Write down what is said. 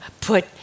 put